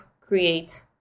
create